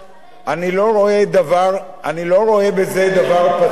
אני לא רואה בזה דבר פסול,